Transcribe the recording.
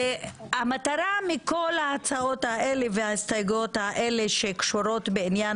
המטרה מכל ההצעות האלה וההסתייגויות האלה שקשורות בעניין